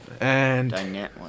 And-